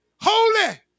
holy